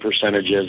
percentages